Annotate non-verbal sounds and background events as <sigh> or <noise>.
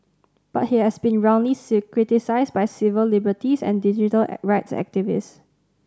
but he has been roundly <unintelligible> criticised by civil liberties and digital rights activists